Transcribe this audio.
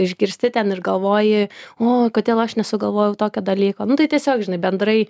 išgirsti ten ir galvoji o kodėl aš nesugalvojau tokio dalyko nu tai tiesiog žinai bendrai